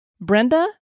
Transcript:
Brenda